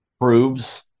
proves